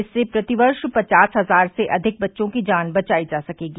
इससे प्रति वर्ष पचास हजार से अधिक बच्चों की जान बचाई जा सकेगी